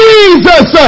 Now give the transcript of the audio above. Jesus